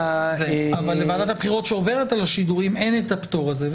אבל לוועדת הבחירות שעוברת על השידורים אין את הפטור הזה.